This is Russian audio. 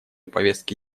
повестки